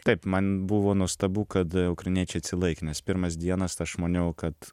taip man buvo nuostabu kad ukrainiečiai atsilaikė nes pirmas dienas tai aš maniau kad